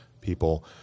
people